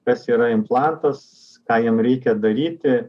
kas yra implantas ką jam reikia daryti